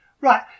Right